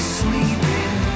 sleeping